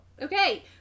Okay